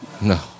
No